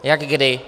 Jak kdy.